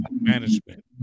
management